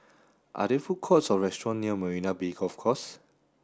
are there food courts or restaurants near Marina Bay Golf Course